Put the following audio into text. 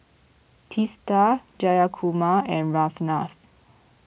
Teesta Jayakumar and Ramnath